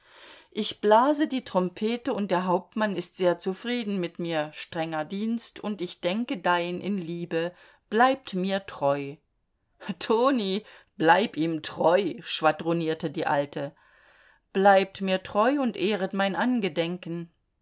ich blase die trompete und der hauptmann ist sehr zufrieden mit mir strenger dienst und ich denke dein in liebe bleibt mir treu toni bleib ihm treu schwadronierte die alte bleibt mir treu und ehret mein angedenken